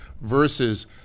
versus